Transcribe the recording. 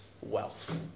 wealth